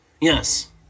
Yes